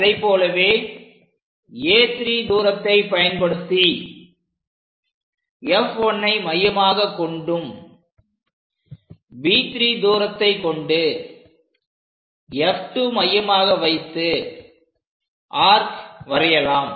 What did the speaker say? அதைப்போலவே A3 தூரத்தை பயன்படுத்தி F1 மையமாகக் கொண்டும் B3 தூரத்தை கொண்டு F2 மையமாக வைத்து ஆர்க் வரையலாம்